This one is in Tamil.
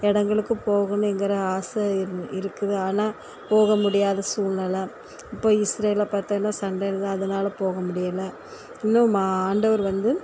இடங்களுக்கு போகணுங்கிற ஆசை இரு இருக்குது ஆனால் போக முடியாத சூழ்நெல இப்போ இஸ்ரேலை பாத்தேன்னா சண்டை இருக்குது அதனால போக முடியல இன்னும் ஆண்டவர் வந்து